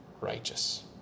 righteous